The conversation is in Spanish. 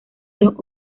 los